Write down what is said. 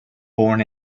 born